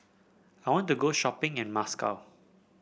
I want to go shopping in Moscow